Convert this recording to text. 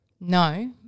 No